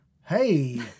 Hey